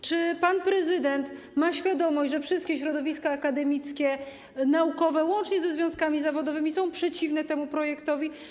Czy pan prezydent ma świadomość, że wszystkie środowiska akademickie, naukowe, łącznie ze związkami zawodowymi, są przeciwne temu projektowi?